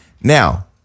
Now